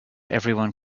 everyone